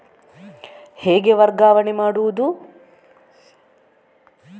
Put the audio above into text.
ಹೇಗೆ ವರ್ಗಾವಣೆ ಮಾಡುದು?